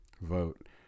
vote